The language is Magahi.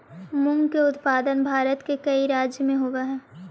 मूंग के उत्पादन भारत के कईक राज्य में होवऽ हइ